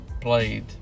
played